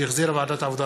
שהחזירה ועדת העבודה,